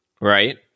right